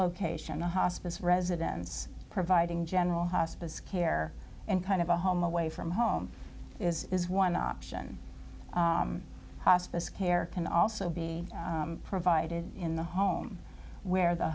location a hospice residence providing general hospice care and kind of a home away from home is one option hospice care can also be provided in the home where the